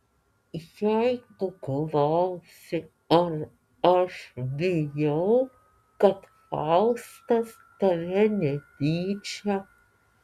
jeigu klausi ar aš bijau kad faustas tave netyčia